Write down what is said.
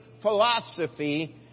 philosophy